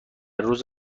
روز